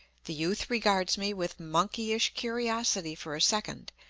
the youth regards me with monkeyish curiosity for a second,